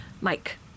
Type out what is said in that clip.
Mike